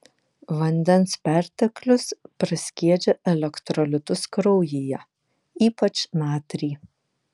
vandens perteklius praskiedžia elektrolitus kraujyje ypač natrį